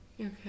Okay